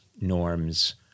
Norm's